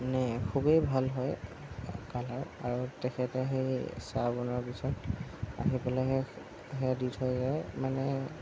মানে খুবেই ভাল হয় কালাৰ আৰু তেখেতে সেই চাহ বনোৱাৰ পিছত আহি পেলাই সেই সেয়া দি থৈ যায় মানে